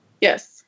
Yes